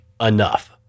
enough